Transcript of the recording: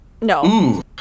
No